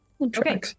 Okay